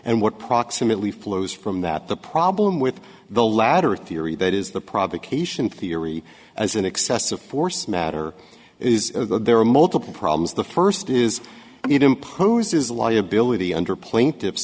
and what proximately flows from that the problem with the latter theory that is the provocation theory as an excessive force matter is there are multiple problems the first is it imposes liability under plaintiff